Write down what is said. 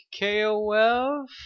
kof